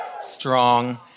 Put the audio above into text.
Strong